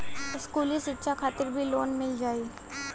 इस्कुली शिक्षा खातिर भी लोन मिल जाई?